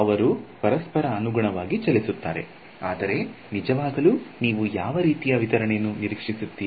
ಅವರು ಪರಸ್ಪರ ಅನುಗುಣವಾಗಿ ಚಲಿಸುತ್ತಾರೆ ಆದರೆ ನಿಜವಾಗಲೂ ನೀವು ಯಾವ ರೀತಿಯ ವಿತರಣೆಯನ್ನು ನಿರೀಕ್ಷಿಸುತ್ತೀರಿ